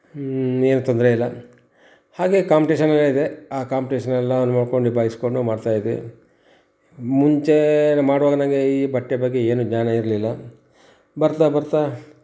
ಹ್ಞೂ ಏನು ತೊಂದರೆ ಇಲ್ಲ ಹಾಗೆ ಕಾಂಪ್ಟೇಷನ್ ಎಲ್ಲ ಇದೆ ಆ ಕಾಂಪ್ಟೇಷ್ನೆಲ್ಲಾ ನೋಡ್ಕೊಂಡು ನಿಭಾಯಿಸ್ಕೊಂಡು ಮಾಡ್ತಾಯಿದ್ವಿ ಮುಂಚೇ ಎಲ್ಲ ಮಾಡುವಾಗ ನಂಗೆ ಈ ಬಟ್ಟೆ ಬಗ್ಗೆ ಏನೂ ಜ್ಞಾನ ಇರಲಿಲ್ಲ ಬರ್ತಾ ಬರ್ತಾ